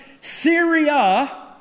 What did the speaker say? Syria